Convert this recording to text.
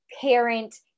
parent